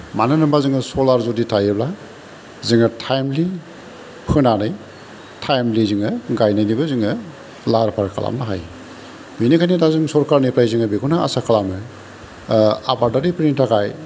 मानो होन्ना होनबा जोङो सलार जुदि थायोबा जोंहा टाइमलि फोनानै टाइमलि जोङो गायनायनिबो जोङो लाहार फाहार खालामनो हायो बेनिखायनो दा जों सरखारनिफ्राय जोङो बेखौनो आसा खालामो आबादारिफोरनि थाखाय